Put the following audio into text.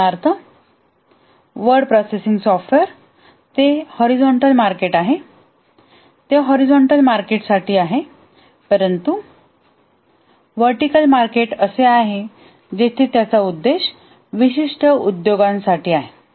उदाहरणार्थ word processing software ते horizontal आहे ते हॉरिझॉन्टल मार्केट साठी आहे परंतु व्हर्टीकल मार्केट असे आहे जेथे त्याचा उद्देश विशिष्ट उद्योग साठी आहे